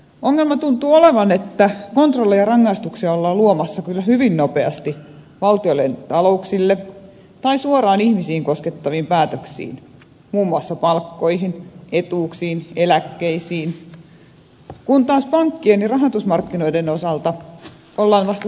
ongelma tuntuu olevan se että kontrollia ja rangaistuksia ollaan luomassa kyllä hyvin nopeasti valtioiden talouksille tai suoraan ihmisiin koskettaviin päätöksiin muun muassa palkkoihin etuuksiin eläkkeisiin kun taas pankkien ja rahoitusmarkkinoiden osalta ollaan vasta suunnitelmien tasolla